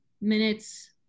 minutes